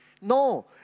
No